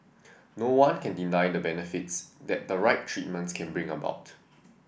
no one can deny the benefits that the right treatments can bring about